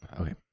okay